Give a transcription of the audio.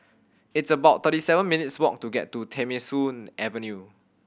it's about thirty seven minutes walk to get to Nemesu Avenue